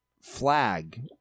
flag